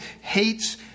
hates